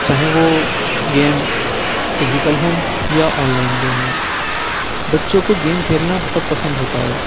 چاہے وہ game physical ہوں یا آن لائن گیم ہوں بچوں کو گیم کھیلنا بہت پسند ہوتا ہے